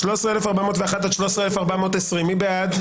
13,401 עד 13,420, מי בעד?